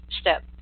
step